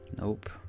Nope